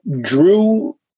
drew